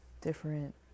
different